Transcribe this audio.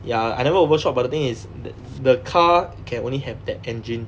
ya I never overshot but the thing is th~ the car can only have that engine